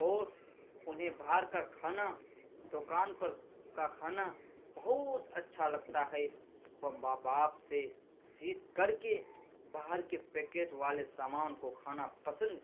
اور انہیں باہر کا کھانا دکان پر کا کھانا بہت اچھا لگتا ہے وہ ماں باپ سے ضد کر کے باہر کے پیکیٹ والے سامان کو کھانا پسند